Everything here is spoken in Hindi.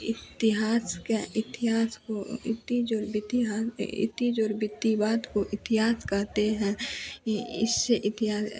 इतिहास का इतिहास को इतनी जो बितिहा इतनी जो बिती बात को इतिहास कहते हैं ये इससे इतिहास ये